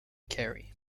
kerry